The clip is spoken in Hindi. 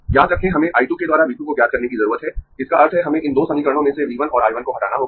याद रखें हमें I 2 के द्वारा V 2 को ज्ञात करने की जरूरत है इसका अर्थ है हमें इन दो समीकरणों में से V 1 और I 1 को हटाना होगा